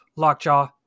lockjaw